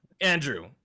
andrew